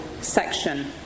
Section